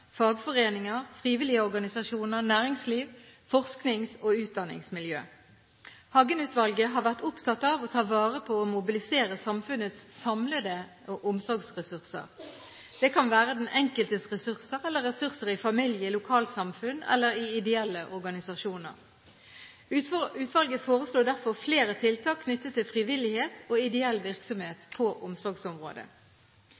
fagforeninger, frivillige organisasjoner, næringsliv og forsknings- og utdanningsmiljøer. Hagen-utvalget har vært opptatt av å ta vare på og mobilisere samfunnets samlede omsorgsressurser. Det kan være den enkeltes ressurser eller ressurser i familie, lokalsamfunn eller i ideelle organisasjoner. Utvalget foreslår derfor flere tiltak knyttet til frivillighet og ideell virksomhet